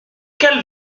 quelle